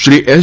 Shri S